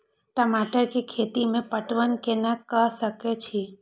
टमाटर कै खैती में पटवन कैना क सके छी?